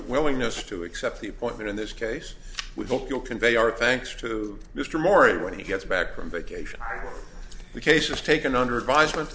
willingness to accept the appointment in this case with local convey our thanks to mr moore and when he gets back from vacation the case is taken under advisement